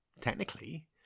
technically